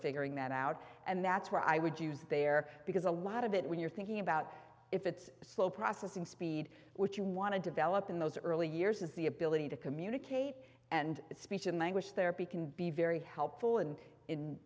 figuring that out and that's where i would use there because a lot of it when you're thinking about if it's slow processing speed which you want to develop in those early years is the ability to communicate and speech and language therapy can be very helpful and in